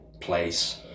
place